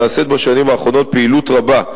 נעשית בשנים האחרונות פעילות רבה,